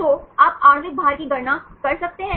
तो आप आणविक भार की गणना कर सकते हैं